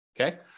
Okay